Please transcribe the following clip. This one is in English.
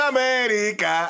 America